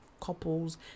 couples